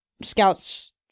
scouts